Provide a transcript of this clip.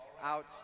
out